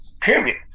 Period